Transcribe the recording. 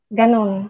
ganon